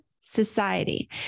society